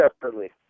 separately